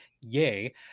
Yay